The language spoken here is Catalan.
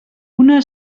una